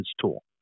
tool